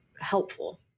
helpful